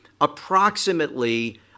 approximately